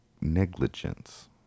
negligence